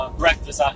breakfast